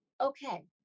okay